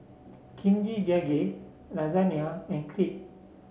Kimchi Jjigae Lasagne and Crepe